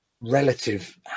relative